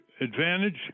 Advantage